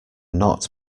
not